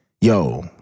yo